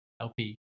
LP